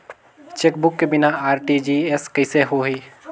Chequebook के बिना RTGS कइसे होही?